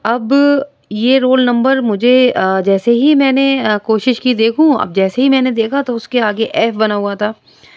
اب یہ roll number مجھے جیسے ہی میں نے کوشش کی دیکھوں اب جیسے ہی میں نے دیکھا تو اس کے آگے ایف بنا ہوا تھا